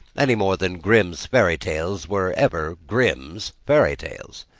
any more than grimm's fairy tales were ever grimm's fairy tales.